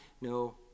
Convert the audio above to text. No